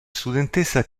studentessa